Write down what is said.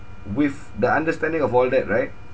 with the understanding of all that right